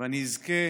שאני אזכה